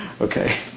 okay